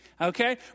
okay